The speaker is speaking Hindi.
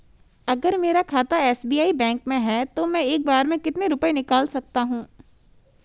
अगर मेरा खाता एस.बी.आई बैंक में है तो मैं एक बार में कितने रुपए निकाल सकता हूँ?